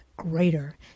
greater